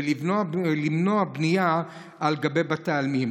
ולמנוע בנייה על גבי בתי העלמין.